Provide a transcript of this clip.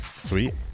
Sweet